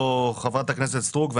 למשל חברת הכנסת סטרוק.